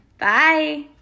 Bye